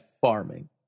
farming